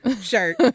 shirt